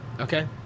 Okay